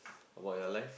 about your life